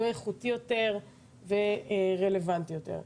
שהוא יהיה איכותי יותר ורלוונטי יותר.